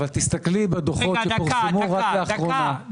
אבל תסתכלי בדוחות שפורסמו רק לאחרונה.